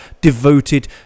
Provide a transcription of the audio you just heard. devoted